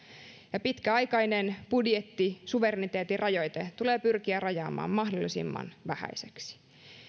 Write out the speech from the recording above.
ja pitkäaikainen budjettisuvereniteetin rajoite tulee pyrkiä rajaamaan mahdollisimman vähäiseksi